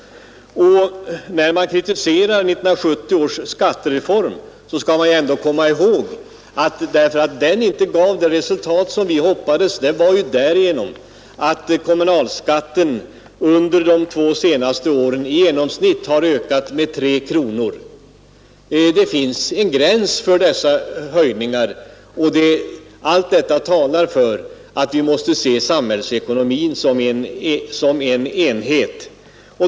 När 1970 års skattereform kritiseras, skall man ändå komma ihåg att anledningen till att den inte givit det resultat som vi hoppades var att kommunalskatten under de två senaste åren i genomsnitt har ökat med 3 kronor per skattekrona. Det finns en gräns för höjningar! Allt detta talar för att vi måste behandla samhällsekonomin som en enhet.